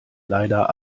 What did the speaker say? leider